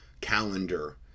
calendar